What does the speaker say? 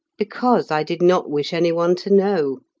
because i did not wish anyone to know.